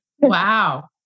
Wow